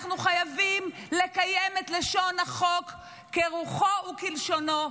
אנחנו חייבים לקיים את לשון החוק כרוחו וכלשונו,